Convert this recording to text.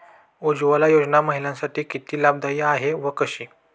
उज्ज्वला योजना महिलांसाठी किती लाभदायी आहे व कशी?